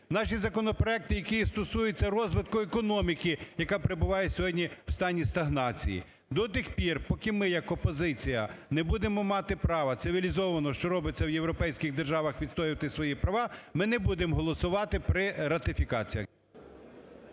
Наші законопроекти, які стосуються розвитку економіки, яка перебуває сьогодні в стані стагнації. До тих пір, поки ми як опозиція не будемо мати права цивілізовано, що робиться в європейських державах, відстоювати свої права, ми не будемо голосувати при ратифікаціях.